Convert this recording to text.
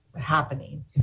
happening